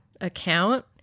account